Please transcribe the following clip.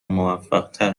موفقتر